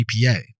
EPA